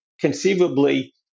conceivably